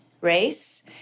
race